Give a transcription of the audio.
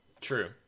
True